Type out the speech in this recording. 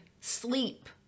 sleep